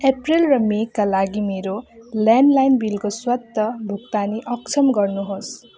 अप्रेल र मेका लागि मेरो ल्यान्डलाइन बिलको स्वत भुक्तानी अक्षम गर्नुहोस्